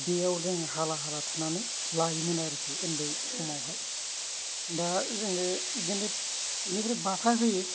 बेयाव जों हाला हाला थुनानै लायोमोन आरोखि ओन्दै समावहाय दा जोङो बिनि बिनिफ्राय बाथा होयो